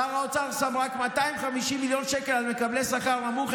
שר האוצר שם רק 250 מיליון שקל על מקבלי שכר נמוך,